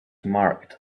marked